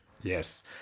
Yes